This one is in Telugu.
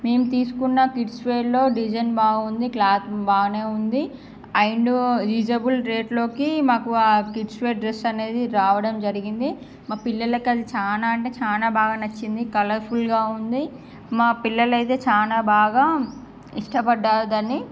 నేను తీసుకున్న కిడ్స్ వేర్లో డిజైన్ బాగుంది క్లాత్ బాగానే ఉంది అండ్ ఇసాబుల్ రేటులోకి మాకు ఆ కిడ్స్ వేర్ డ్రెస్ అనేది రావడం జరిగింది మా పిల్లలకి అది చాలా అంటే చాలా బాగా నచ్చింది కలరుఫుల్గా ఉంది మా పిల్లలు అయితే చాలా బాగా ఇష్టపడ్డారు దాన్ని